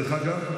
דרך אגב,